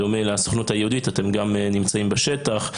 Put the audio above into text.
בדומה לסוכנות היהודית אתם גם נמצאים בשטח.